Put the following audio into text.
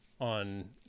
on